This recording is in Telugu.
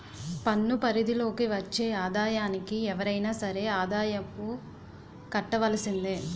పన్ను పరిధి లోకి వచ్చే ఆదాయానికి ఎవరైనా సరే ఆదాయపు కట్టవలసిందే